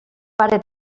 pare